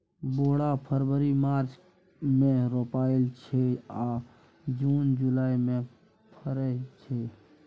बोरा फरबरी मार्च मे रोपाइत छै आ जुन जुलाई मे फरय छै